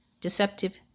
deceptive